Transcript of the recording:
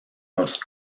los